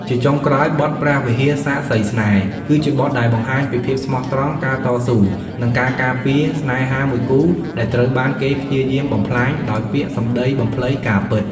ជាចុងក្រោយ បទ ព្រះវិហារសាក្សីស្នេហ៍ គឺជាបទដែលបង្ហាញពីភាពស្មោះត្រង់ ការតស៊ូ និងការការពារស្នេហាមួយគូដែលត្រូវបានគេព្យាយាមបំផ្លាញដោយពាក្យសម្ដីបំភ្លៃការពិត។